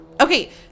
okay